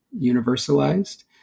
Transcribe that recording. universalized